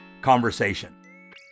conversation